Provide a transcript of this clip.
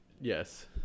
Yes